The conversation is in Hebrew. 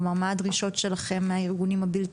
כלומר מה הדרישות שלכם מהארגונים הבלתי